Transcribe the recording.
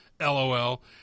LOL